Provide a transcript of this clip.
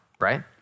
right